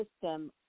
system